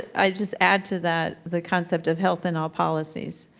i just add to that the concept of health in all policies,